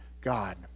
God